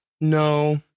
No